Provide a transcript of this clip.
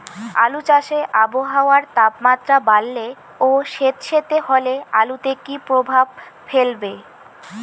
আলু চাষে আবহাওয়ার তাপমাত্রা বাড়লে ও সেতসেতে হলে আলুতে কী প্রভাব ফেলবে?